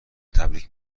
تبریک